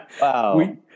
Wow